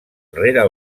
rere